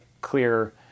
clear